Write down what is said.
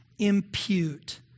impute